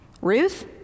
Ruth